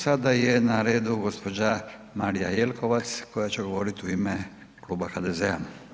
Sada je na redu gospođa Marija Jelkovac koja će govoriti u ima Kluba HDZ-a.